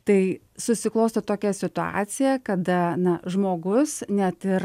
tai susiklostė tokia situacija kada na žmogus net ir